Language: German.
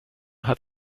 hat